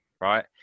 right